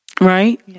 Right